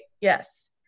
yes